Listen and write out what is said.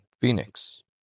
Phoenix